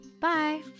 Bye